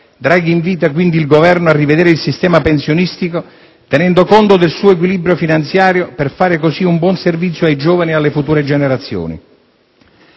Draghi invita, quindi, il Governo a rivedere il sistema pensionistico tenendo conto del suo equilibrio finanziario per fare così un buon servizio ai giovani e alle future generazioni.